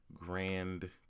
grand